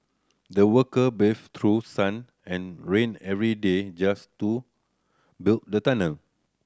the worker braved through sun and rain every day just to build the tunnel